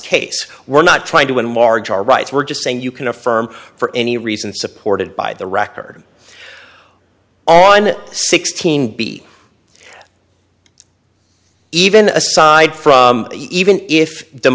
case we're not trying to win marj our rights we're just saying you can affirm for any reason supported by the record all on sixteen be even aside from even if the